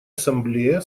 ассамблея